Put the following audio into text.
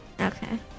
Okay